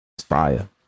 fire